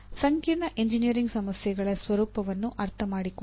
ಸಂಕೀರ್ಣ ಎಂಜಿನಿಯರಿಂಗ್ ಸಮಸ್ಯೆಗಳ ಸ್ವರೂಪವನ್ನು ಅರ್ಥಮಾಡಿಕೊಳ್ಳಿ